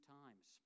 times